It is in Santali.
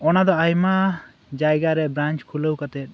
ᱚᱱᱟᱫᱚ ᱟᱭᱢᱟ ᱡᱟᱭᱜᱟ ᱨᱮ ᱵᱨᱟᱧᱪ ᱠᱷᱩᱞᱟᱹᱣ ᱠᱟᱛᱮᱫ